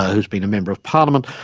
who's been a member of parliament,